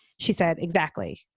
she said, exactly.